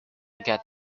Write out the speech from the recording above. got